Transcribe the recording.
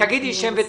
אני מסכימה אתך.